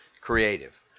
creative